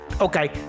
Okay